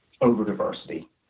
over-diversity